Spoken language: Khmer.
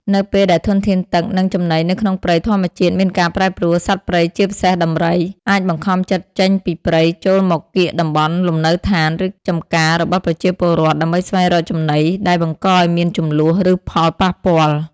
នៅពេលដែលធនធានទឹក និងចំណីនៅក្នុងព្រៃធម្មជាតិមានការប្រែប្រួល សត្វព្រៃជាពិសេសដំរី អាចបង្ខំចិត្តចេញពីព្រៃចូលមកកៀកតំបន់លំនៅឋាន ឬចំការរបស់ប្រជាពលរដ្ឋ ដើម្បីស្វែងរកចំណី ដែលបង្កឱ្យមានជម្លោះ ឬផលប៉ះពាល់។